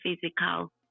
physical